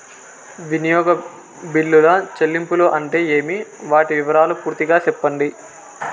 వినియోగ బిల్లుల చెల్లింపులు అంటే ఏమి? వాటి వివరాలు పూర్తిగా సెప్పండి?